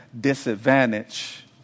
disadvantage